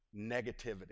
negativity